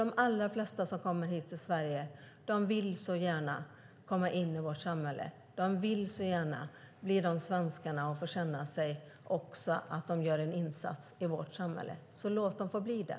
De allra flesta som kommer hit till Sverige vill så gärna komma in i vårt samhälle. De vill så gärna bli svenskar och känna att de gör en insats i vårt samhälle. Låt dem därför få bli det.